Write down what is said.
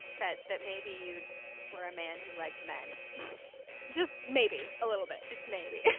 that, that maybe you were a man who liked men just maybe a little bit just maybe.